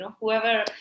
Whoever